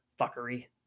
fuckery